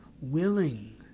willing